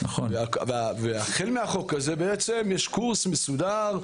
והחל מהחוק הזה יש קורס מסודר,